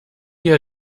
ihr